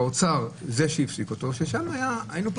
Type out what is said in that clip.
משרד האוצר הוא שהפסיק אותו.